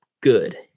good